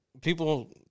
People